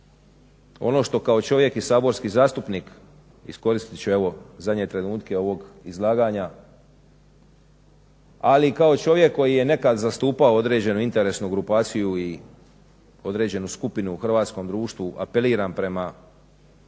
Ono što kao čovjek i saborski zastupnik, iskoristit ću evo zadnje trenutke ovog izlaganja, ali kao čovjek koji je nekad zastupao određenu interesnu grupaciju i određenu skupinu u hrvatskom društvu apeliram prema svim